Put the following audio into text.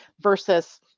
versus